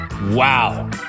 wow